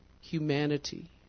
humanity